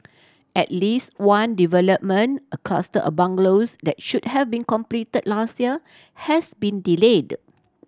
at least one development a cluster of bungalows that should have been completed last year has been delayed